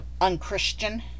unchristian